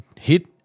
hit